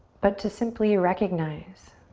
but to simply recognize.